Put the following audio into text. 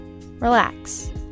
relax